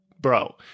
bro